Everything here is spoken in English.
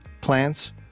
plants